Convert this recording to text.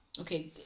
okay